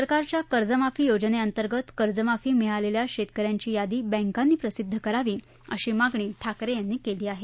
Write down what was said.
सरकारच्या कर्जमाफी योजनेअंतर्गत कर्जमाफी मिळालेल्या शेतकऱ्यांची यादी बँकांनी प्रसिद्ध करावी अशी मागणी ठाकरे यांनी केली आहे